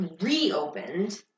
reopened